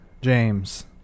James